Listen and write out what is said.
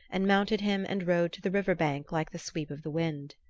and mounted him and rode to the river bank like the sweep of the wind.